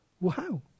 Wow